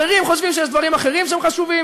אחרים חושבים שיש דברים אחרים שהם חשובים,